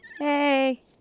Hey